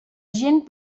gent